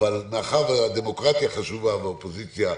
מאחר שהדמוקרטיה חשובה וזה הכלי של האופוזיציה,